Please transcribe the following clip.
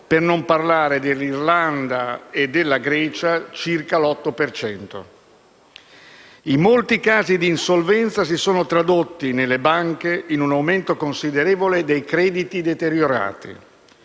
(per non parlare dell'Irlanda e della Grecia). I molti casi di insolvenza si sono tradotti nelle banche in un aumento considerevole dei crediti deteriorati,